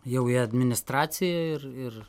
jau į administraciją ir ir